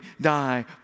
die